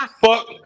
Fuck